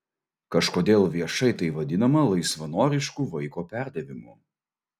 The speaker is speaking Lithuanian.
kažkodėl viešai tai vadinama laisvanorišku vaiko perdavimu